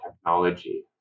technology